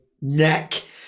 neck